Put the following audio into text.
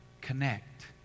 connect